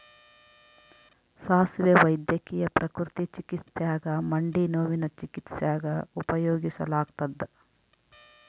ಸಾಸುವೆ ವೈದ್ಯಕೀಯ ಪ್ರಕೃತಿ ಚಿಕಿತ್ಸ್ಯಾಗ ಮಂಡಿನೋವಿನ ಚಿಕಿತ್ಸ್ಯಾಗ ಉಪಯೋಗಿಸಲಾಗತ್ತದ